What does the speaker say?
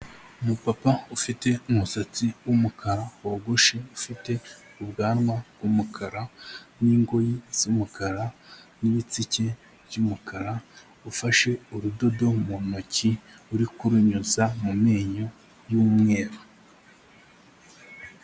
Umupapa ufite umusatsi w'umukara wogoshe, ufite ubwanwa bw'umukara n'ingoyi z'umukara n'ibitsike by'umukara, ufashe urudodo mu ntoki uri kurunyuza mu menyo y'umweru.